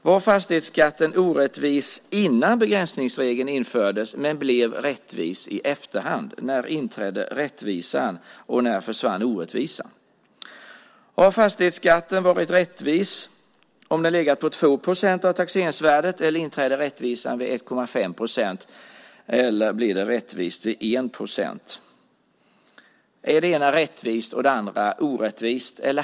Var fastighetsskatten orättvis innan begränsningsregeln infördes men blev rättvis i efterhand? När inträdde rättvisan? När försvann orättvisan? Har fastighetsskatten varit rättvis om den legat på 2 procent av taxeringsvärdet, eller inträder rättvisan vid 1,5 procent eller 1 procent? Är det ena rättvist och det andra orättvist?